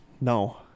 No